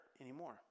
anymore